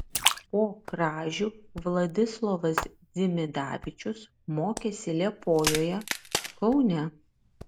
po kražių vladislovas dzimidavičius mokėsi liepojoje kaune